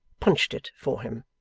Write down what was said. punched it for him.